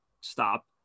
stop